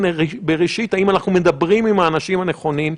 בראשית אם אנחנו מדברים עם אנשים הנכונים,